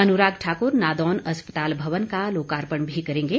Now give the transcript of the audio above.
अनुराग ठाकुर नादौन अस्पताल भवन का लोकार्पण भी करेंगे